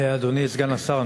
אדוני סגן השר,